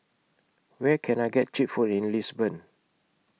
Where Can I get Cheap Food in Lisbon